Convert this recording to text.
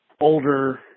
older